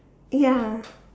ya